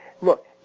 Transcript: look